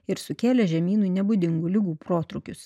ir sukėlė žemynui nebūdingų ligų protrūkius